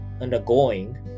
undergoing